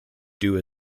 due